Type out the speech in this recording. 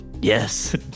yes